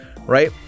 right